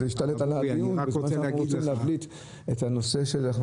זה השתלט על הדיון בזמן שאנחנו רוצים להבליט את הנושא של הרכ"ל.